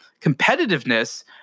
competitiveness